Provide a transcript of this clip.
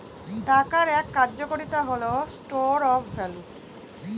টাকার এক কার্যকারিতা হল স্টোর অফ ভ্যালু